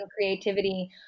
creativity